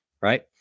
right